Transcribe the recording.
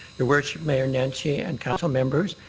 your worship, mayor nenshi and council members,